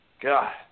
God